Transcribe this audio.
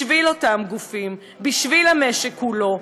בשביל אותם גופים, בשביל המשק כולו.